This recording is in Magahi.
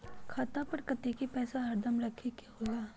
खाता पर कतेक पैसा हरदम रखखे के होला?